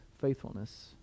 faithfulness